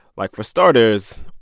like, for starters,